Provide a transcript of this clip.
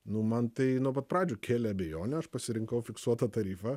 nu man tai nuo pat pradžių kėlė abejonę aš pasirinkau fiksuotą tarifą